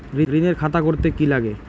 ঋণের খাতা করতে কি লাগে?